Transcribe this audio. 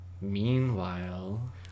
Meanwhile